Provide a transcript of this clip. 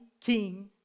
King